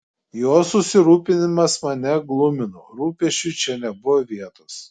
jo susirūpinimas mane glumino rūpesčiui čia nebuvo vietos